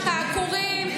העקורים,